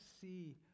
see